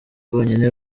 bwonyine